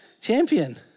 Champion